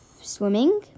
swimming